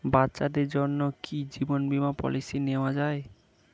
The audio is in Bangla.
বাচ্চাদের জন্য কি জীবন বীমা পলিসি নেওয়া যায়?